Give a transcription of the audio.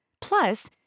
Plus